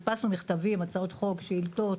הדפסנו מכתבים, הצעות חוק, שאילתות,